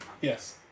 Yes